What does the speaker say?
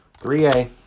3A